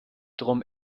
drum